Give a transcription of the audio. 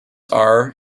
are